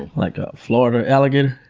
like a florida alligator?